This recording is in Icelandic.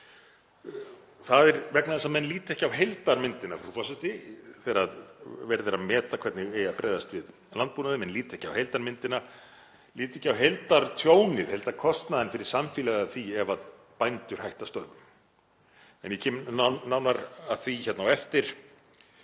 Það er vegna þess að menn líta ekki á heildarmyndina, frú forseti, þegar verið er að meta hvernig eigi að bregðast við í landbúnaði, menn líta ekki á heildarmyndina, líta ekki á heildartjónið, heildarkostnaðinn fyrir samfélagið af því ef bændur hætta störfum. En ég kem nánar að því á eftir